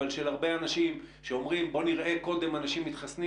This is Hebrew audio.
אבל של הרבה אנשים שאומרים: בואו נראה קודם אנשים מתחסנים